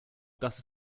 das